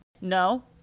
no